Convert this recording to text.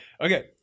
Okay